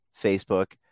Facebook